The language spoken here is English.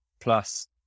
plus